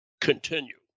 continue